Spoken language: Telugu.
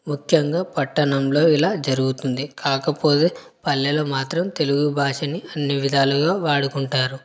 ముఖ్యంగా పట్టణంలో ఇలా జరుగుతుంది కాకపోతే పల్లెలు మాత్రం తెలుగు భాషని అన్ని విధాలుగా వాడుకుంటారు